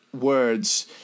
words